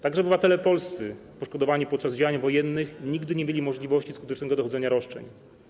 Także obywatele polscy poszkodowani podczas działań wojennych nigdy nie mieli możliwości skutecznego dochodzenia roszczeń.